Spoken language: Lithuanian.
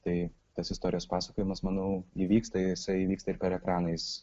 tai tas istorijos pasakojimas manau įvyksta jisai įvyksta ir per ekraną jis